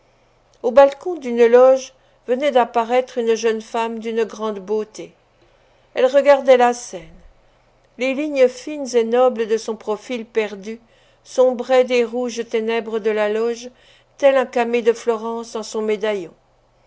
au balcon d'une loge venait d'apparaître une jeune femme d'une grande beauté elle regardait la scène les lignes fines et nobles de son profil perdu s'ombraient des rouges ténèbres de la loge tel un camée de florence en son médaillon